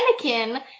Anakin